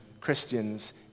Christians